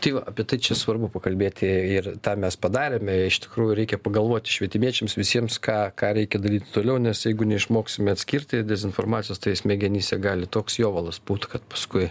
tai va apie tai čia svarbu pakalbėti ir tą mes padarėme iš tikrųjų reikia pagalvoti švietimiečiams visiems ką ką reikia daryti toliau nes jeigu neišmoksime atskirti dezinformacijos tai smegenyse gali toks jovalas būt kad paskui